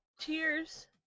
Cheers